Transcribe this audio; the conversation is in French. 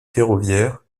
ferroviaire